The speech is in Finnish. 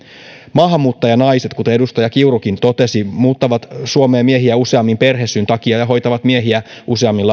maahanmuuttajanaiset kuten edustaja kiurukin totesi muuttavat suomeen miehiä useammin perhesyyn takia ja hoitavat lapsia kotona useammin